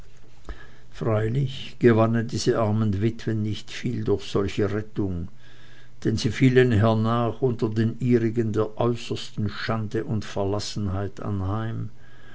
freilich gewannen diese armen witwen nicht viel durch solche rettung denn sie fielen hernach unter den ihrigen der äußersten schande und verlassenheit anheim